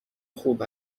خوب